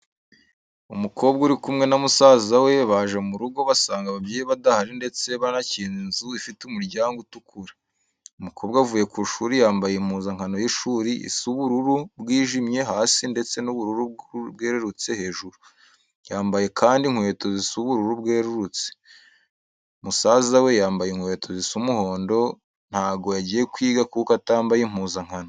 Umukobwa uri kumwe na musaza we, baje murugo basanga ababyeyi badahari ndetse banakinze inzu ifite umuryango utukura. Umukobwa avuye ku ishuri yambaye impuzankano y'ishuri isa ubururu bwijimye hasi ndetse n'ubururu bwerurutse hejuru, yambaye kandi inkweto zisa ubururu bwerurutse, musaza we yambaye inkweto zisa umuhondo, ntago yagiye kwiga kuko atambaye impuzankano.